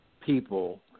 people